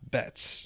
bets